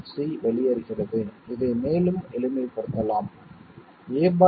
c வெளியேறுகிறது இதை மேலும் எளிமைப்படுத்தலாம் a'